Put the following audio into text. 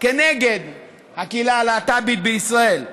כנגד הקהילה הלהט"בית בישראל.